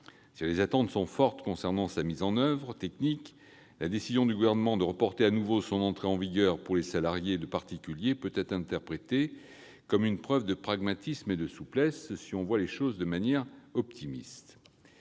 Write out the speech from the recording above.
Si les attentes concernant sa mise en oeuvre technique sont fortes, la décision du Gouvernement de reporter à nouveau son entrée en vigueur pour les salariés de particuliers peut être interprétée comme une preuve de pragmatisme et de souplesse- si l'on voit les choses de manière optimiste